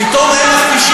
פתאום הכול בסדר?